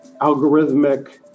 algorithmic